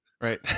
Right